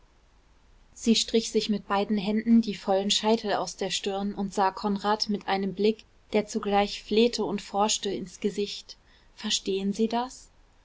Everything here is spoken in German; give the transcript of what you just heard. sie strich sich mit beiden händen die vollen scheitel aus der stirn und sah konrad mit einem blick der zugleich flehte und forschte ins gesicht verstehen sie das